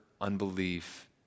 unbelief